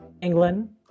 England